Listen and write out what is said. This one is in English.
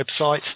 website